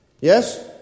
Yes